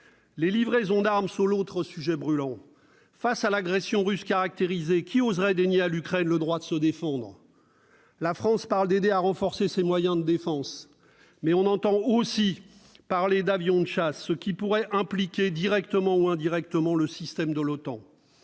Les livraisons d'armes sont l'autre sujet brûlant. Face à l'agression russe caractérisée, qui oserait dénier à l'Ukraine le droit de se défendre ? La France parle d'aider à renforcer ses moyens de défense, mais on entend aussi parler d'avions de chasse, ce qui pourrait impliquer directement ou indirectement le système de l'OTAN.